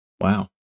Wow